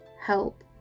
help